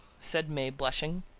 said may, blushing.